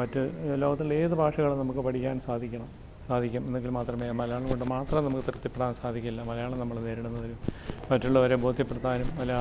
മറ്റ് ലോകത്തുള്ള ഏത് ഭാഷകളും നമുക്ക് പഠിക്കാൻ സാധിക്കണം സാധിക്കും എന്നെങ്കിൽമാത്രമേ മലയാളം കൊണ്ട് മാത്രമെ നമുക്ക് തൃപ്തിപ്പെടാൻ സാധിക്കില്ല മലയാളം നമ്മള് നേരിടുന്നതിലും മറ്റുള്ളവരെ ബോധ്യപ്പെടുത്താനും മാലാ